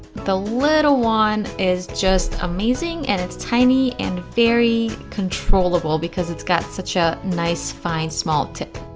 the little one is just amazing and it's tiny and very controllable because it's got such a nice fine small tip.